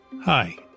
Hi